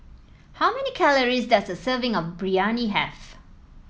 how many calories does a serving of Biryani have